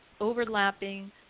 overlapping